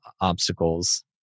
obstacles